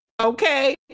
Okay